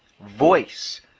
voice